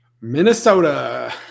Minnesota